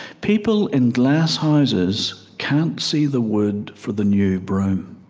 people in glass houses can't see the wood for the new broom.